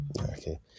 okay